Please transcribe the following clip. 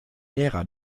ära